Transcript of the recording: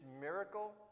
miracle